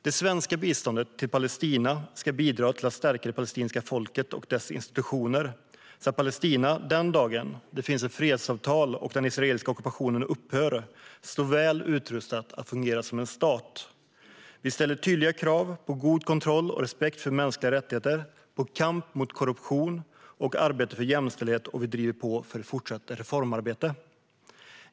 Det svenska biståndet till Palestina ska bidra till att stärka palestinska folket och dess institutioner, så att Palestina den dagen det finns ett fredsavtal och den israeliska ockupationen upphör står väl rustat för att fungera som stat. Vi ställer tydliga krav på god kontroll, respekt för mänskliga rättigheter, kamp mot korruption och arbete för jämställdhet, och vi driver på för fortsatt reformarbete.